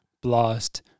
blast